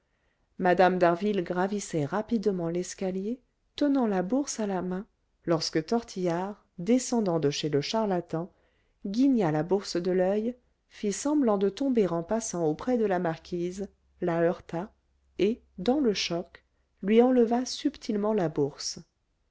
mme d'harville gravissait rapidement l'escalier tenant la bourse à la main lorsque tortillard descendant de chez le charlatan guigna la bourse de l'oeil fit semblant de tomber en passant auprès de la marquise la heurta et dans le choc lui enleva subtilement la bourse